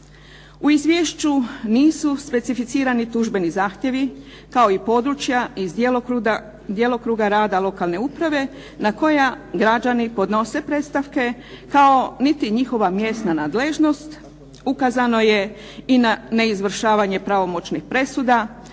U Izvješću nisu specificirani tužbeni zahtjevi kao i područja iz djelokruga rada lokalne uprave na koja građani podnose predstavke kao ni njihova mjesna nadležnost ukazano je na neizvršavanje pravomoćnih presuda,